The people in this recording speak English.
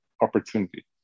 opportunity